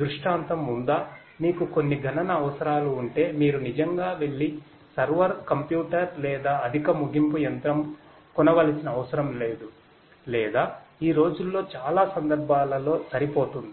దృష్టాంతం ఉందా మీకు కొన్ని గణన అవసరాలు ఉంటే మీరు నిజంగా వెళ్లి సర్వర్ కంప్యూటర్ లేదా అధిక ముగింపు యంత్రమ్ కొనవలసిన అవసరం లేదు లేదా ఈ రోజుల్లో చాలా సందర్భాలలో సరిపోతుంది